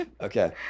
Okay